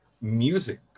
music